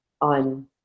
on